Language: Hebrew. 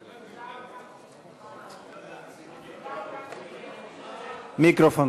אדוני יושב-ראש הכנסת, תודה רבה,